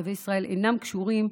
"שבי ישראל" אינם קשורים,